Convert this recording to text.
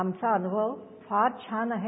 आमचा अनुभव फार छान आहे